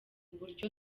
uburyo